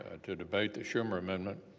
ah to debate the schumer commitment?